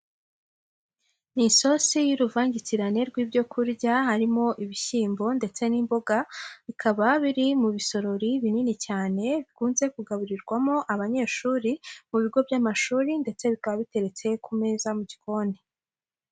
Ni isosi y'uruvangitirane rw'ibyo kurya harimo ibishyimbo ndetse n'imboga, bikaba biri mu bisorori binini cyane, bikunze kugaburirwamo abanyeshuri, mu bigo by'amashuri ndetse bikaba biteretse ku meza mu gikoni.